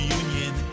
union